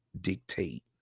dictate